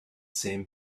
same